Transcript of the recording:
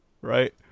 right